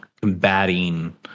combating